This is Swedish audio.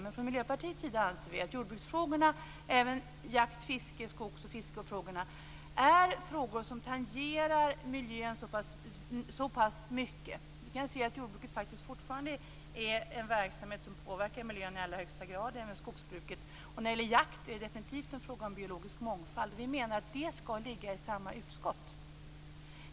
Men från Miljöpartiets sida anser vi att jordbruksfrågorna - även jakt-, fiske och skogsfrågorna - är frågor som tangerar miljöfrågorna mycket. Vi kan se att jordbruket fortfarande är en verksamhet som påverkar miljön i allra högsta grad, och det gäller även skogsbruket. När det gäller jakt är det definitivt en fråga om biologisk mångfald. Vi menar att dessa frågor skall ligga i samma utskott.